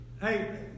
Hey